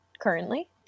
currently